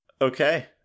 Okay